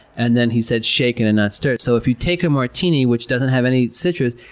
and then he said, shaken, not stirred. so if you take a martini, which doesn't have any citrus,